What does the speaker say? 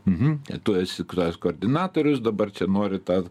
mhm kad tu esi tas koordinatorius dabar čia nori tą